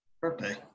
birthday